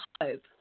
hope